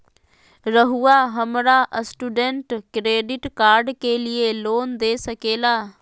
रहुआ हमरा student credit card के लिए लोन दे सके ला?